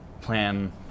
plan